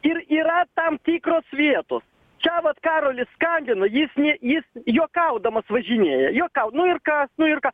ir yra tam tikros vietos čia vat karolis skambino jis ne jis juokaudamas važinėja juokau nu ir kas nu ir ką